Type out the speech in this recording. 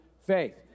faith